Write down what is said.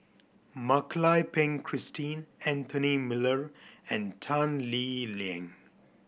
Mak Lai Peng Christine Anthony Miller and Tan Lee Leng